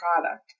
product